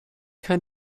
kein